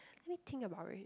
let me think about it